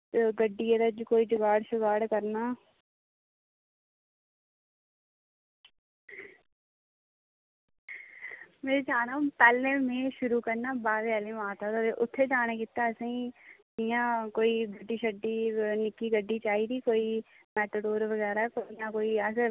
ते गड्डियै दा कोई जुगाड़ करना ते में पैह्लें जाना में बाह्वे आह्ली माता उत्थें जाने गित्तै में इंया कोई गड्डी निक्की गड्डी चाहिदी कोई मेटाडोर बगैरा कोई ना कोई अस